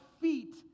feet